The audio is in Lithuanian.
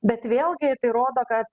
bet vėlgi tai rodo kad